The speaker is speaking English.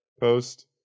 post